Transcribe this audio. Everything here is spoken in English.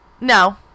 No